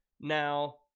Now